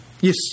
Yes